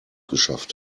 geschafft